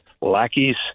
lackeys